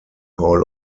hall